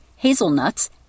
hazelnuts